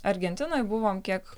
argentinoj buvom kiek